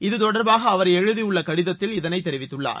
இது தொடர்பாக அவர் எழுதியுள்ள கடிதத்தில் இதனை தெரிவித்துள்ளார்